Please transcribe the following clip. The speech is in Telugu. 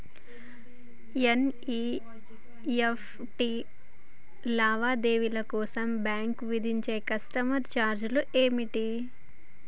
ఎన్.ఇ.ఎఫ్.టి లావాదేవీల కోసం బ్యాంక్ విధించే కస్టమర్ ఛార్జీలు ఏమిటి?